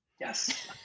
yes